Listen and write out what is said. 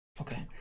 okay